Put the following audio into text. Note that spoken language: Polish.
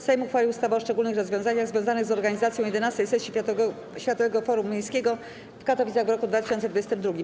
Sejm uchwalił ustawę o szczególnych rozwiązaniach związanych z organizacją XI sesji Światowego Forum Miejskiego w Katowicach w roku 2022.